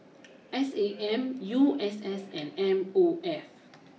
S A M U S S and M O F